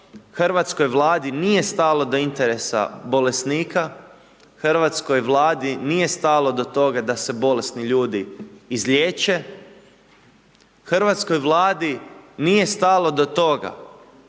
hrvatskoj vladi nije stalo do interesa bolesnika, hrvatskoj vladi nije stalo do toga da se bolesni ljudi izliječe, hrvatskoj vladi nije stalo do toga